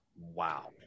Wow